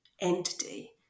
entity